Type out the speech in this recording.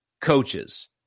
coaches